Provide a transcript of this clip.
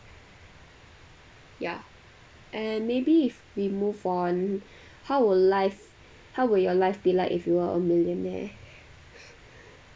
ya and maybe if we move on how will life how will your life be like if you were a millionaire